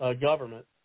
government